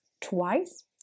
twice